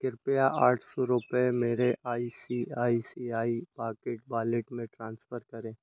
कृपया आठ सौ रुपये मेरे I C I C I pocket wallet में ट्रांसफर करें